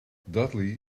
dudley